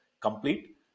complete